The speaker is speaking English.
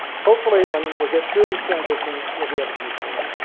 hopefully when we get through these transitions, we'll be able to move forward